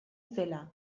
zela